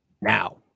Now